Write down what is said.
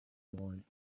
boy